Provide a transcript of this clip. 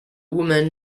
woman